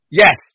yes